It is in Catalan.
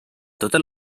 totes